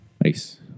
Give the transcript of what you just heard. Nice